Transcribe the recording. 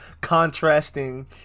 contrasting